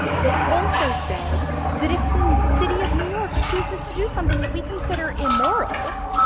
and they also said that if the city of new york chooses to do something that we consider immoral,